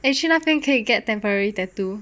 actually 那边可以 get temporary tattoo